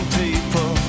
people